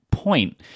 point